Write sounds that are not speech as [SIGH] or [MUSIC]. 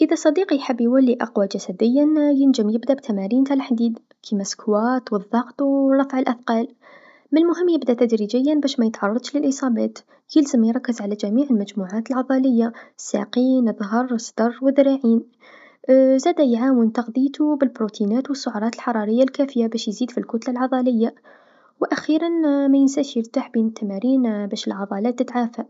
إذا صديقي يحب يولي أقوى جسديا، ينجم يبدا بالتمارين تع الحديد كيما السكوات و الضغط و رفع الأثقال، من المهم يبدا تدريجيا باش ميتعرضش لإصابات، يلزم يركز على جميع المجموعات العضليه، الساقين الظهر الصدر و الذراعين [HESITATION] زادا يعاون تغذيتو بالبروتينات و السعرات الحراريه الكافيه باش يزيد في الكتله العضليه و أخيرا ما ينساش يرتاح بين التمارين باش العضلات تتعافى.